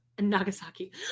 Nagasaki